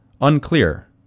unclear